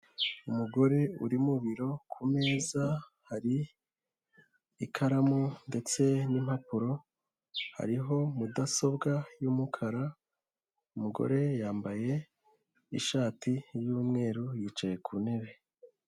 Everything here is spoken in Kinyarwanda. Umugore uri mu biro ku meza hari ikaramu ndetse n'impapuro hariho mudasobwa y'umukara, umugore yambaye ishati y'umweru yicaye ku ntebe.